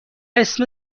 اسم